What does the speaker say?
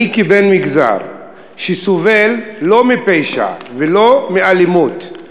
אני כבן מגזר שסובל לא מפשע ולא מאלימות,